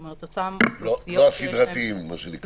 לא הסדרתיים מה שנקרא.